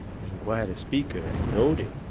and quite a speaker, and knowed it.